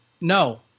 No